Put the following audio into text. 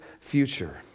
future